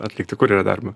atlikti kurjerio darbą